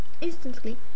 instantly